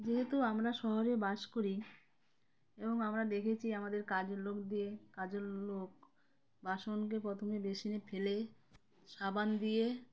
যেহেতু আমরা শহরে বাস করি এবং আমরা দেখেছি আমাদের কাজের লোক দিয়ে কাজের লোক বাসনকে প্রথমে বেসিনে ফেলে সাবান দিয়ে